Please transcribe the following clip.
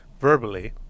verbally